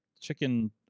chicken